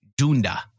Dunda